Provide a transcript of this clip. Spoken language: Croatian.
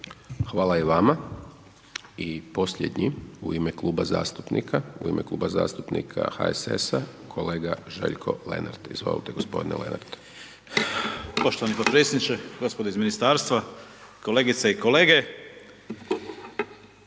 Hvala i vama. I posljednji u ime kluba zastupnika HSS-a, kolega Željko Lenart, izvolite gospodine Lenart. **Lenart, Željko (HSS)** Poštovani podpredsjedniče, gospodo iz Ministarstva, kolegice i kolege.